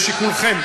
לשיקולכם.